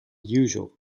unusual